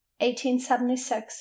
1876